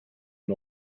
and